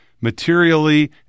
materially